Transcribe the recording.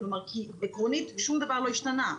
כי עקרונית שום דבר לא השתנה.